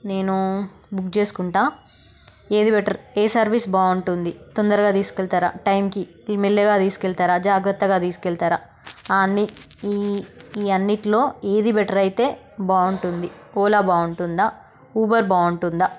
నేను బుక్ చేసుకుంటాను ఏది బెటర్ ఏ సర్వీస్ బాగుంటుంది తొందరగా తీసుకెళ్తారా టైంకి మెల్లగా తీసుకెళ్తారా జాగ్రత్తగా తీసుకెళ్తారా అన్ని ఈ అన్నిట్లో ఏది బెటర్ అయితే బాగుంటుంది ఓలా బాగుంటుందా ఊబర్ బాగుంటుందా